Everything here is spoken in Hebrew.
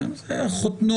חותנו